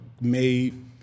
made